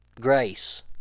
grace